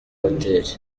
hoteli